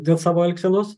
dėl savo elgsenos